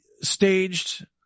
staged